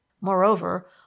moreover